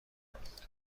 کنید